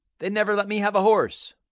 they never let me have a horse.